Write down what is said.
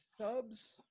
subs